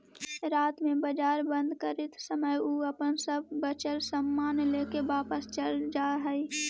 रात में बाजार बंद करित समय उ अपन सब बचल सामान लेके वापस चल जा हइ